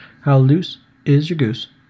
how-loose-is-your-goose